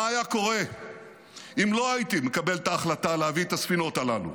מה היה קורה אם לא הייתי מקבל את ההחלטה להביא את הספינות הללו?